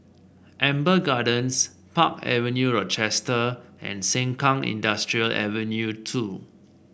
Amber Gardens Park Avenue Rochester and Sengkang Industrial Ave two